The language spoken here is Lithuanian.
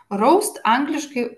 raust angliškai